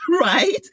right